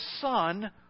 son